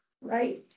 right